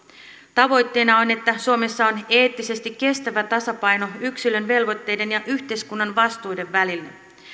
tavoitteena on että suomessa on eettisesti kestävä tasapaino yksilön velvoitteiden ja yhteiskunnan vastuiden välillä